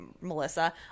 Melissa